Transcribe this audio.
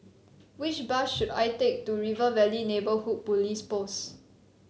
which bus should I take to River Valley Neighbourhood Police Post